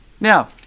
Now